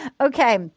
Okay